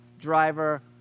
driver